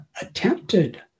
attempted